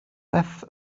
beth